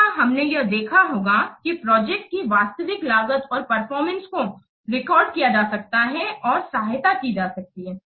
यहां हमें यह देखना होगा कि प्रोजेक्ट की वास्तविक लागत और परफॉरमेंस को रिकॉर्ड किया जा सकता है और सहायता की जा सकती है